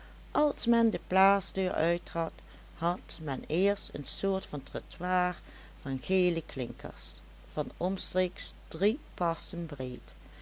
als men de plaatsdeur uittrad had men eerst een soort van trottoir van gele klinkers van omstreeks drie passen breed